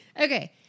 Okay